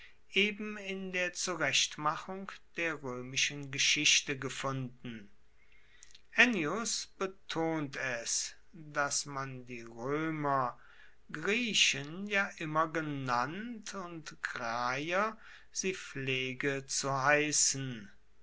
eben in der zurechtmachung der roemischen geschichte gefunden ennius betont es dass man die roemer griechen ja immer genannt und graier sie pflege zu heissen